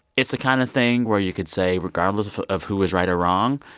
it's the kind of thing where you could say regardless of of who is right or wrong,